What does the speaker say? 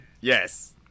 yes